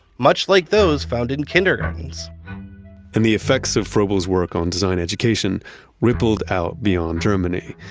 much like those found in kindergartens and the effects of froebel's work on design education rippled out beyond germany.